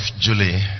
Julie